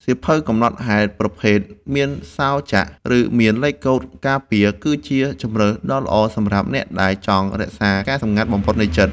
សៀវភៅកំណត់ហេតុប្រភេទមានសោរចាក់ ឬមានលេខកូដការពារ គឺជាជម្រើសដ៏ល្អសម្រាប់អ្នកដែលចង់រក្សាការសម្ងាត់បំផុតនៃចិត្ត។